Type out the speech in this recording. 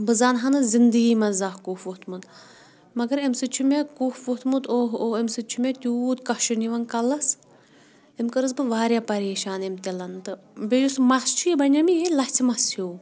بہٕ زَانہٕ ہَنہٕ زندگی منٛز زانٛہہ کُف ووٚتھمُت مگر اَمہِ سۭتۍ چھِ مےٚ کُف ووٚتھمُت اوٚہ اوٚہ اَمہِ سۭتۍ چھِ مےٚ تیوٗت کَشُن یِوان کَلَس أمۍ کٔرٕس بہٕ واریاہ پریشان أمۍ تِلَن تہٕ بیٚیہِ یُس مَس چھُ یہِ بَنیو مےٚ یِہوٚے لَژھِ مَس ہیوٗ